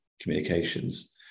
communications